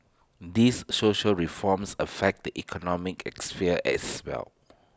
these social reforms affect the economic sphere as well